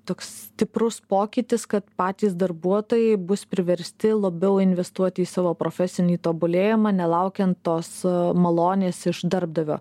toks stiprus pokytis kad patys darbuotojai bus priversti labiau investuoti į savo profesinį tobulėjimą nelaukiant tos malonės iš darbdavio